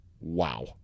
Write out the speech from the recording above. wow